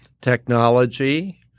technology